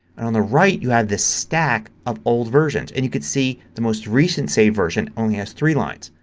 and on the right you have this stack of old versions. and you can see the most recent saved version only has three lines.